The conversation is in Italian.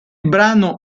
brano